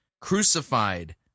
crucified